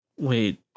Wait